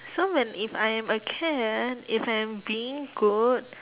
so when if I am a cat if I am being good